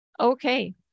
Okay